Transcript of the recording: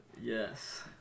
Yes